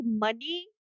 money